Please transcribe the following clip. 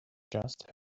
just